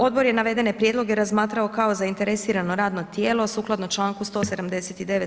Odbor je navedene prijedloge razmatrao kao zainteresirano radno tijelo sukladno članku 179.